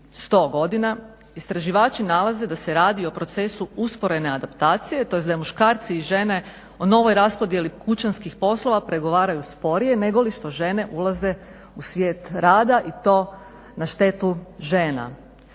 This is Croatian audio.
100 godina istraživači nalaze da se radi o procesu usporene adaptacije, tj. da muškarci i žene o novoj raspodjeli kućanskih poslova pregovaraju sporije nego li što žene ulaze u svijet rada i to na štetu žena.